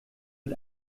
mit